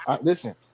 listen